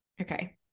okay